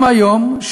גם היום,